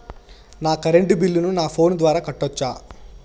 నా కరెంటు బిల్లును నా ఫోను ద్వారా కట్టొచ్చా?